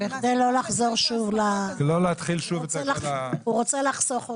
בכדי לא לחזור שוב --- לא להתחיל שוב את כל --- הוא רוצה לחסוך,